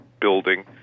building